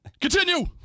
Continue